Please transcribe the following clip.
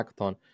hackathon